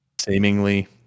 seemingly